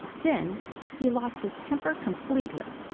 then he lost his temper completely,